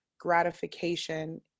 gratification